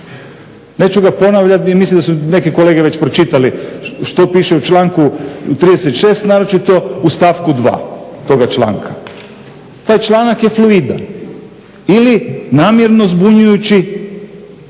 Neću ga ponavljati, jer mislim da su neki kolege već pročitali što piše u članku 36. naročito u stavku 2. toga članka. Taj članak je fluidan. Ili namjerno zbunjujući.